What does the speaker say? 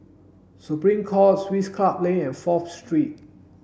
Supreme Court Swiss Club Lane and Fourth Street